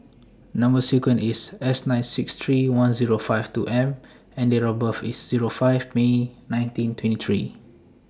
Number sequence IS S nine six three one Zero five two M and Date of birth IS Zero five May nineteen twenty three